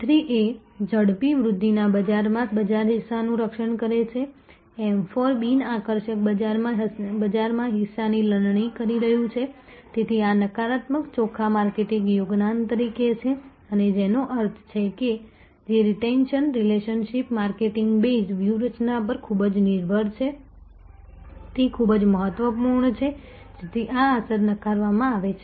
M3 એ ઝડપી વૃદ્ધિના બજારમાં બજારહિસ્સાનું રક્ષણ કરે છે M4 બિનઆકર્ષક બજારમાં હિસ્સાની લણણી કરી રહ્યું છે તેથી આ નકારાત્મક ચોખ્ખા માર્કેટિંગ યોગદાન તરીકે છે અને જેનો અર્થ છે કે જે રીટેન્શન રિલેશનશિપ માર્કેટિંગ બેઝ વ્યૂહરચના પર ખૂબ જ નિર્ભર છે તે ખૂબ જ મહત્વપૂર્ણ છે જેથી આ અસર નકારવામાં આવે છે